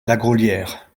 lagraulière